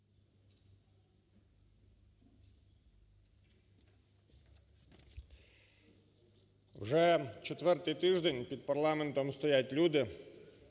Вже четвертий тиждень під парламентом стоять люди